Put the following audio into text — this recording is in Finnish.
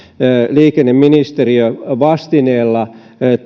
liikenneministeriö toi vastineella